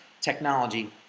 technology